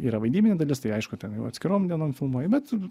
yra vaidybinė dalis tai aišku ten jau atskirom dienom filmuoju bet